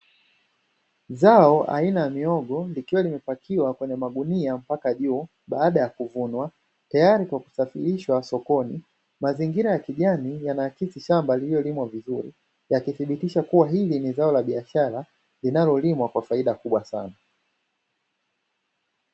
Zao aina ya mihogo likiwa limepakiwa kwenye magunia mpaka juu, baada ya kuvunwa, tayari kwa kusafirishwa sokoni, mazingira ya kijani yanaakisi shamba lililolimwa vizuri, yakithibitisha kuwa hili ni zao la biashara, linalolimwa kwa faida kubwa sana.